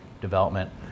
development